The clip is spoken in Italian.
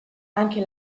anche